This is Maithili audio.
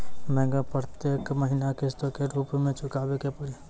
बैंक मैं प्रेतियेक महीना किस्तो के रूप मे चुकाबै के पड़ी?